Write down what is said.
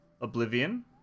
Oblivion